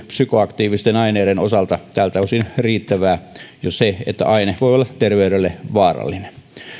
psykoaktiivisten aineiden osalta tältä osin riittävää jo se että aine voi olla terveydelle vaarallinen